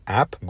app